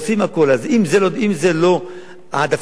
אז אם זה לא העדפה מתקנת,